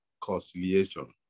conciliation